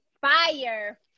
fire